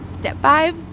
step five,